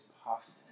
possible